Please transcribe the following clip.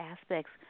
aspects